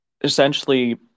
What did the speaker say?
essentially